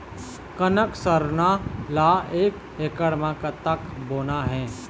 कनक सरना ला एक एकड़ म कतक बोना हे?